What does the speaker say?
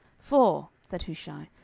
for, said hushai,